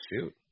shoot